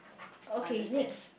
okay next